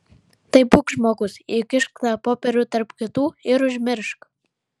tai būk žmogus įkišk tą popierių tarp kitų ir užmiršk